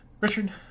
Richard